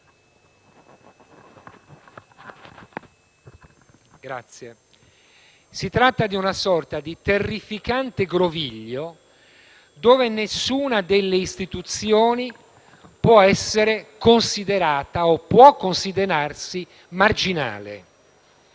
esemplare. Si tratta di una sorta di terrificante groviglio nel quale nessuna delle istituzioni può essere considerata o può considerarsi marginale: